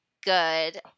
good